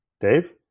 Dave